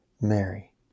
Mary